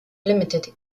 limited